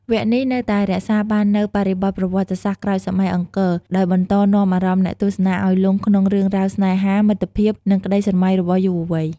វគ្គនេះនៅតែរក្សាបាននូវបរិបទប្រវត្តិសាស្ត្រក្រោយសម័យអង្គរ ដោយបន្តនាំអារម្មណ៍អ្នកទស្សនាឱ្យលង់ក្នុងរឿងរ៉ាវស្នេហា មិត្តភាព និងក្ដីស្រមៃរបស់យុវវ័យ។